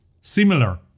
similar